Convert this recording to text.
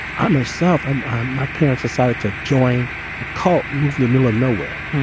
i, myself and my parents decided to join a cult move in the middle of nowhere.